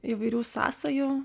įvairių sąsajų